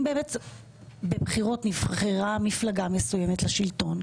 באמת בבחירות נבחרה המפלגה המסוימת לשלטון,